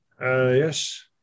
Yes